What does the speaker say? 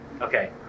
okay